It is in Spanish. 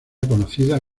conocida